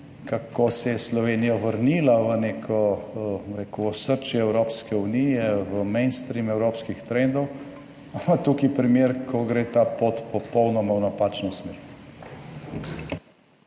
kako se je Slovenija vrnila v neko, bom rekel, osrčje Evropske unije v mainstream evropskih trendov, imamo tukaj primer, ko gre ta pot popolnoma v napačno smer.